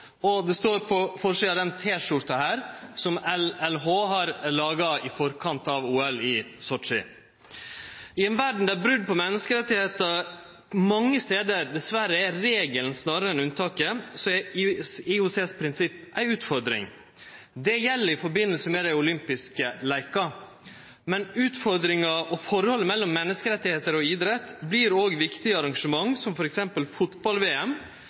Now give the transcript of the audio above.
og det står på forsida av denne T-skjorta, som LLH har laga i forkant av OL i Sotsji. I ei verd der brot på menneskerettane mange stader dessverre er regelen snarare enn unntaket, er IOCs prinsipp ei utfordring. Det gjeld i samband med dei olympiske leikane. Men utfordringa og forholdet mellom menneskerettar og idrett vert òg viktig i arrangement som